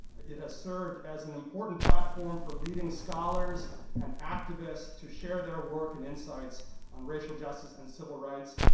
it has served as an important platform for leading scholars and activists to share their work and insights on racial justice and civil rights,